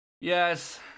Yes